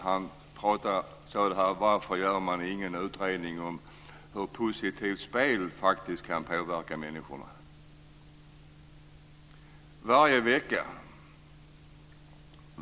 Han frågade varför man inte gör någon utredning om hur spel kan påverka människor positivt.